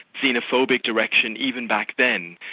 xenophobic direction even back then,